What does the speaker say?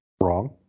wrong